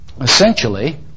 essentially